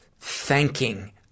thanking